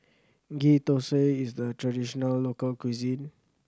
Ghee Thosai is the traditional local cuisine